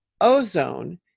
ozone